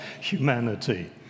humanity